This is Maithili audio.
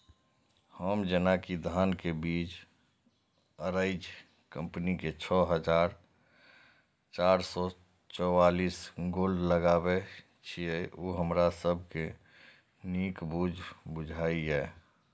हम जेना कि धान के बीज अराइज कम्पनी के छः हजार चार सौ चव्वालीस गोल्ड लगाबे छीय उ हमरा सब के नीक बीज बुझाय इय?